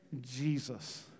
Jesus